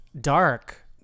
dark